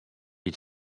est